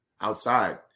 outside